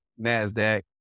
NASDAQ